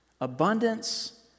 abundance